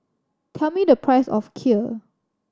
tell me the price of Kheer